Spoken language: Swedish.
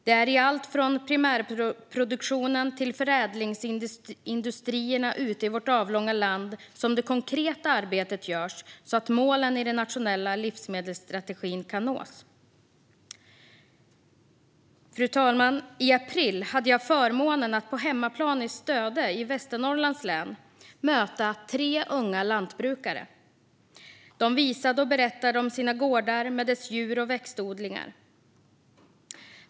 Det är i allt från primärproduktionen till förädlingsindustrierna ute i vårt avlånga land som det konkreta arbetet görs, så att målen i den nationella livsmedelsstrategin kan nås. Fru talman! I april hade jag förmånen att på hemmaplan, i Stöde i Västernorrlands län, möta tre unga lantbrukare. De visade och berättade om sina gårdar med djur och växtodlingar.